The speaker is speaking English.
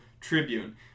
Tribune